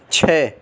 چھ